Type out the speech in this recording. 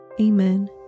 Amen